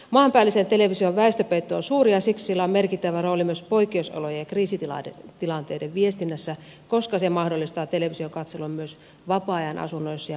maanpäällisen television väestöpeitto on suuri ja siksi sillä on merkittävä rooli myös poikkeusolojen ja kriisitilanteiden viestinnässä koska se mahdollistaa television katselun myös vapaa ajan asunnoissa ja mobiilisti